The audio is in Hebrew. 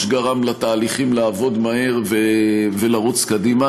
גרם לתהליכים לעבוד מהר ולרוץ קדימה.